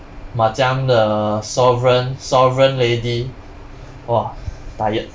macam the sovereign sovereign lady !whoa! tired